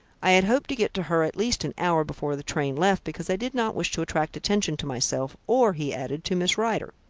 i had hoped to get to her at least an hour before the train left, because i did not wish to attract attention to myself, or, he added, to miss rider.